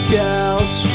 couch